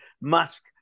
Musk